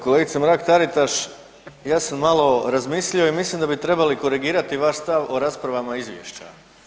Kolegice Mrak Taritaš ja sam malo razmislio i mislim da bi trebali korigirati vaš stav o raspravama izvješća.